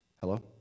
Hello